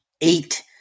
eight